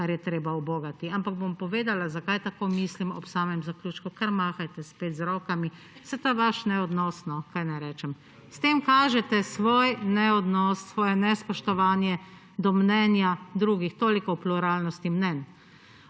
kar je treba ubogati. Ampak bom povedala, zakaj tako mislim, ob samem zaključku. Kar mahajte spet z rokami. Saj to je vaš neodnos. Kaj naj rečem? S tem kažete svoj neodnos, svoje nespoštovanje do mnenja drugih. Toliko o pluralnosti mnenj.